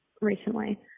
recently